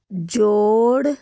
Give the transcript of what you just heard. ਜੋੜ